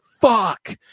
fuck